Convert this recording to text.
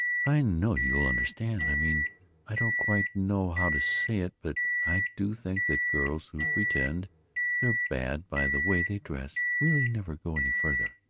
i know you'll understand i mean i don't quite know how to say it, but i do think that girls who pretend they're bad by the way they dress really never go any farther.